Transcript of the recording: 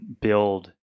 build